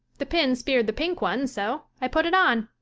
the pin speared the pink one, so i put it on.